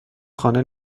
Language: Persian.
خانه